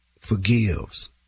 forgives